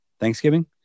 Thanksgiving